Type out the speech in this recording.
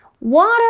Water